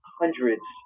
hundreds